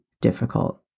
difficult